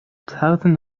thousands